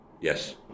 Yes